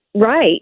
right